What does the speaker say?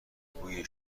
بوی